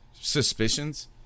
suspicions